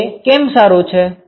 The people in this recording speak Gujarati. તે કેમ સારું છે